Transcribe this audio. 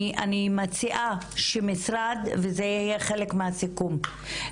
זה יהיה חלק מהסיכום,